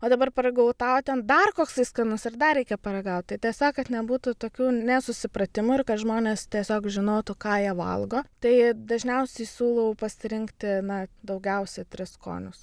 o dabar paragavau tą o ten dar koksai skanus ir dar reikia paragaut tai tiesiog kad nebūtų tokių nesusipratimų ir kad žmonės tiesiog žinotų ką jie valgo tai dažniausiai siūlau pasirinkti na daugiausia tris skonius